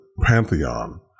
pantheon